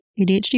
ADHD